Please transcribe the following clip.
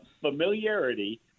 Familiarity